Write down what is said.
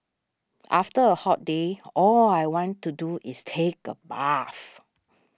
after a hot day all I want to do is take a bath